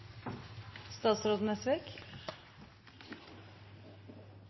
Statsråd